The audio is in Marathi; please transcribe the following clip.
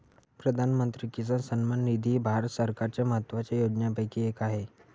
प्रधानमंत्री किसान सन्मान निधी ही भारत सरकारच्या महत्वाच्या योजनांपैकी एक आहे